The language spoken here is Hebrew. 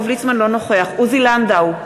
אינו נוכח עוזי לנדאו,